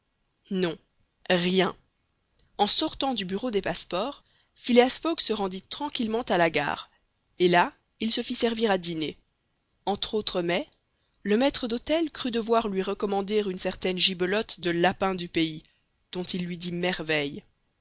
non rien en sortant du bureau des passeports phileas fogg se rendit tranquillement à la gare et là il se fit servir à dîner entre autres mets le maître d'hôtel crut devoir lui recommander une certaine gibelotte de lapin du pays dont il lui dit merveille